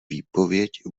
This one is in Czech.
výpověď